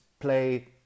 play